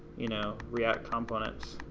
you know, react components,